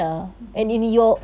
mm mm